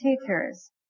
teachers